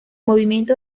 movimiento